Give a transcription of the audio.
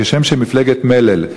כשם שמפלגת מל"ל,